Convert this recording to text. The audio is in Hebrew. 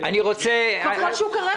השלישי.